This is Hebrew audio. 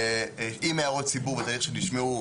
עם הערות ציבור, אלה שנשמעו,